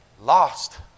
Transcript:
lost